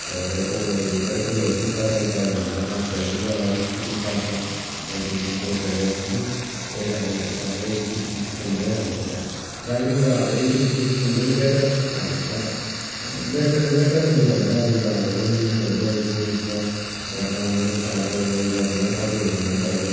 हाम्रो चाहिँ पु उयो उयोहरू पनि कटाइ ज्यादा हुन्छ माक्सहरू पनि ज्यादा स्ट्रिकली काट्छ माध्यामिक बोर्डमा त होइन त्यही कारण गरेर अब एजुकसन सिस्टममा चाहिँ हाम्रो यहाँ दार्जिलिङको अब एजुकेसन सिस्टम पनि बेटर अब पहिला बेटर त बेटर छ नि अब हाम्रो दार्जिलिङको अब इङलिसहरू बोल्नेको उएसमा हिसाबमा अब जस्तो अब अरू उयो भरिमा अरू हेरीमा चाहिँ अब